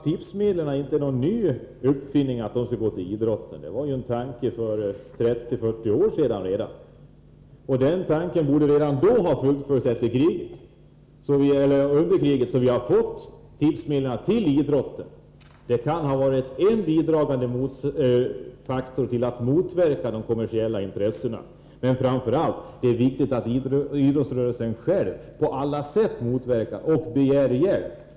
Det är inte något nytt påfund att tipsmedlen skall gå till idrotten. Den tanken hade man redan för 30-40 år sedan. Den tanken borde ha fullföljts redan under den första efterkrigstiden. Om tipsmedlen redan då hade börjat tillföras idrotten, kunde detta ha blivit en faktor som skulle ha motverkat de kommersiella intressena. Men det är framför allt viktigt att idrottsrörelsen själv på alla sätt motverkar dessa intressen och begär hjälp i de strävandena.